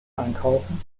einkaufen